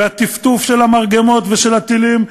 עם טפטוף של מרגמות ושל טילים,